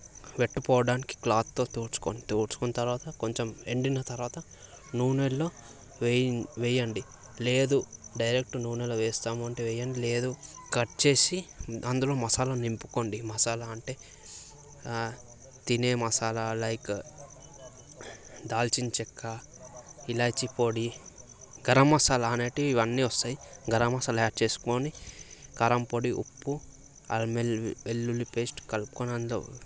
wet పోవడానికి క్లాత్తో తుడుచుకోండి తుడుచుకున్న తర్వాత కొంచెం ఎండిన తర్వాత నూనెలో వేయ వేయండి లేదు డైరెక్ట్ నూనెలో వేస్తాము అంటే వేయండి లేదు కట్ చేసి అందులో మసాలా నింపుకోండి మసాలా అంటే తినే మసాలా లైక్ దాల్చిన చెక్క ఇలాచీ పొడి గరం మసాలా అనేవి ఇవన్నీ వస్తాయి గరం మసాలా యాడ్ చేసుకుని కారంపొడి ఉప్పు అల్లం వెల్లుల్లి వెల్లుల్లి పేస్ట్ కలుపుకుని అందులో